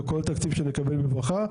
וכל תקציב שאנחנו מקבלים בברכה.